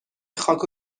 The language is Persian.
خاک